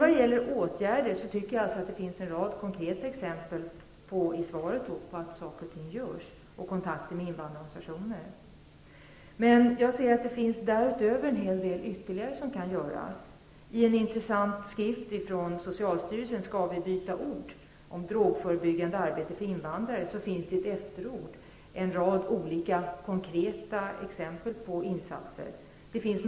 Vad gäller åtgärder tycker jag att det i svaret finns en rad konkreta exempel på att saker och ting görs och på kontakter med invandrarorganisationer. Men därutöver kan en hel del annat göras. I en intressant skrift från socialstyrelsen, ''Ska vi byta ord -- om drogförebyggande arbete för invandrare'', finns det i efterordet en rad exempel på olika konkreta insatser.